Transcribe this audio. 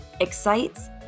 excites